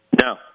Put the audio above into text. No